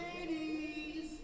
ladies